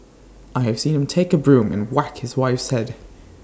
I have seen him take A broom and whack his wife's Head